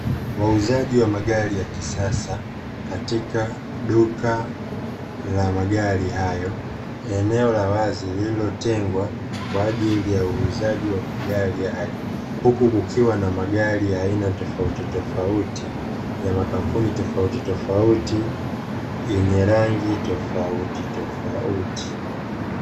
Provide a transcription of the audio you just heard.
Wauzajinwa magari ya kisasa katika duka la magari hayo, eneo la wazi lilotengwa kwa ajili ya uuzaji wa mgari hayo, huku kukiwa na magari ya aina tofauti tofauti ya makampuni tofauti tofauti yenye rangi tofauti tofauti.